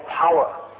power